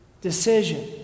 decision